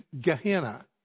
Gehenna